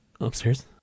upstairs